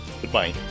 Goodbye